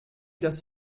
das